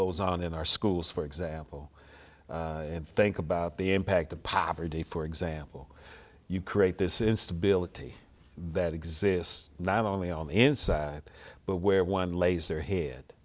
goes on in our schools for example and think about the impact of poverty for example you create this instability that exists not only on the inside but where one laser head